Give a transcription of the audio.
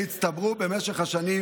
שנצטברו במשך השנים,